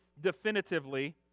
definitively